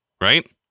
right